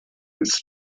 his